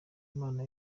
imana